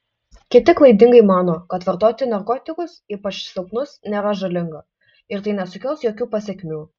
kiti klaidingai mano kad vartoti narkotikus ypač silpnus nėra žalinga ir tai nesukels jokių pasekmių